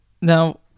now